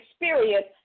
experience